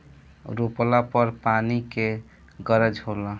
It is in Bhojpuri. रोपला पर पानी के गरज होला